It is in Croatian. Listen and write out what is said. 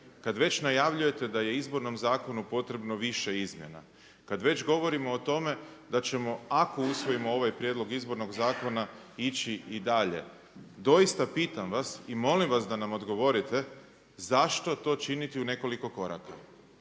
kad već najavljujete da je Izbornom zakonu potrebno više izmjena, kad već govorimo o tome da ćemo ako usvojimo ovaj prijedlog Izbornog zakona ići i dalje doista pitam vas i molim vas da nam odgovorite zašto to činiti u nekoliko koraka.